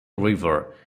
river